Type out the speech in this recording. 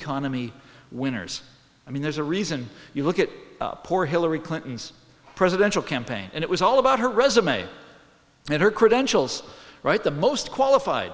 economy winners i mean there's a reason you look at poor hillary clinton's presidential campaign and it was all about her resume and her credentials write the most qualified